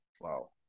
Wow